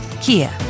Kia